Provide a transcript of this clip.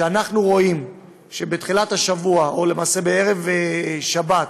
שאנחנו רואים שבתחילת השבוע, או למעשה בערב שבת,